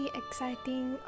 exciting